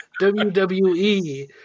WWE